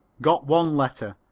got one letter.